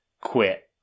quit